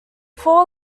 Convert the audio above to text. fall